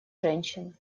женщин